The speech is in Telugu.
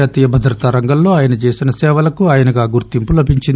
జాతీయ భద్రతా రంగంలో ఆయన చేసిన సేవలకు ఆయనకు గుర్తింపు లభించింది